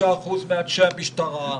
99% מאנשי המשטרה,